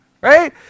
right